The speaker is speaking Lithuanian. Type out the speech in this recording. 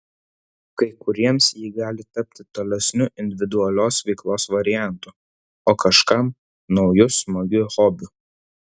kai kuriems ji gali tapti tolesniu individualios veiklos variantu o kažkam nauju smagiu hobiu